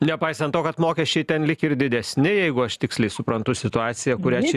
nepaisant to kad mokesčiai ten lyg ir didesni jeigu aš tiksliai suprantu situaciją kurią čia